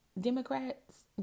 democrats